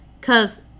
Cause